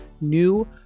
new